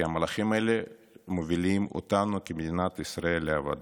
כי המהלכים האלה מובילים אותנו כמדינת ישראל לאבדון.